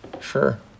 Sure